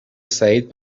سعید